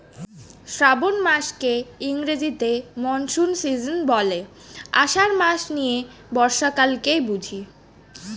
শ্রাবন মাসকে ইংরেজিতে monsoon season বলে, আষাঢ় মাস নিয়ে বর্ষাকালকে বুঝি